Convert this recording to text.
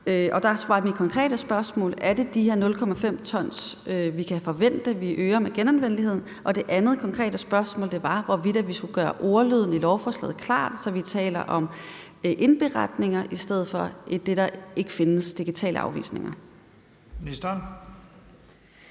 Der var mit konkrete spørgsmål: Er det de her 0,5 t, vi kan forvente vi øger genanvendeligheden med? Og det andet konkrete spørgsmål var, hvorvidt vi skulle gøre ordlyden i lovforslaget klar, så vi taler om indberetninger i stedet for det, der ikke findes, nemlig digitale afvisninger. Kl.